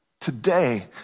today